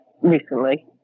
recently